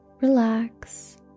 relax